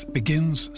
begins